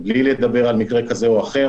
בלי לדבר על מקרה כזה או אחר